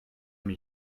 mir